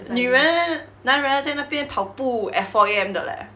女人男人在那边跑步 at four A_M 的 leh